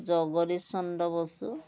Jagdish Chandra Bose